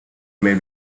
may